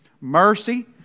Mercy